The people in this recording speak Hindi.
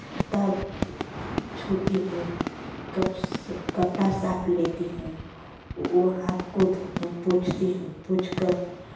तब छूती हूँ कप्स कपड़ा साफ लेती हूँ ओ हाथ को धो पोछती हूँ पोछकर